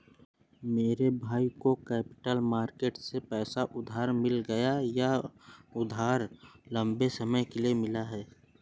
मेरे भाई को कैपिटल मार्केट से पैसा उधार मिल गया यह उधार लम्बे समय के लिए मिला है